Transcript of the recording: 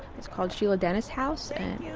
it's called sheila dennis house.